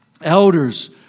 elders